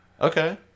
Okay